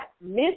miss